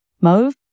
mauve